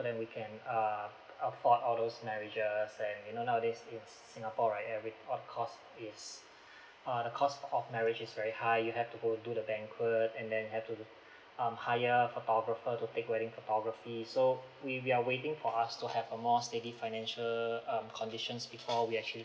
then we can err afford all those marriages and you know nowadays it's singapore right and with what cost is uh the cost of marriage is very high you have to go to do the banquet and then have to um hire photographer to take wedding photography so we we are waiting for us to have a more steady financial um conditions before we actually